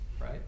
right